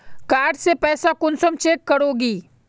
Card से पैसा कुंसम चेक करोगी?